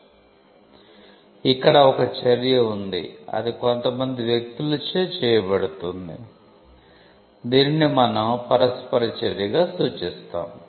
కాబట్టి ఇక్కడ ఒక చర్య ఉంది అది కొంతమంది వ్యకులుచే చేయబడుతుంది దీనిని మనం 'పరస్పర చర్యగా' సూచిస్తాము